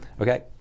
okay